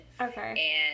Okay